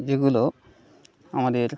যেগুলো আমাদের